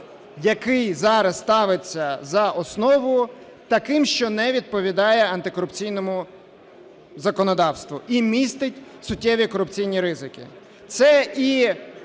який зараз ставиться за основу, таким, що не відповідає антикорупційному законодавству і містить суттєві корупційні ризики.